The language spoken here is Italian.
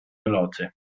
veloce